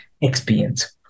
experience